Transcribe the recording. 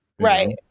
right